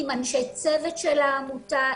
עם אנשי צוות של העמותה,